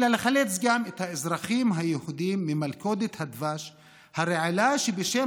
אלא לחלץ גם את האזרחים היהודים ממלכודת הדבש הרעילה שבשם